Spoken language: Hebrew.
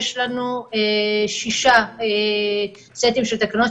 יש לנו שישה סטים של תקנות,